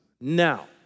Now